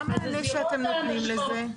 מהו המענה שאתם נותנים לזה?